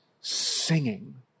singing